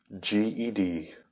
GED